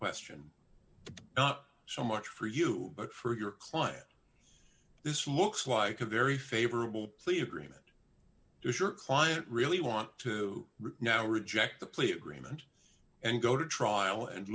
question not so much for you but for your client this looks like a very favorable plea agreement does your client really want to rip now reject the plea agreement and go to trial and